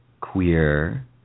queer